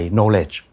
Knowledge